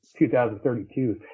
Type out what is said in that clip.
2032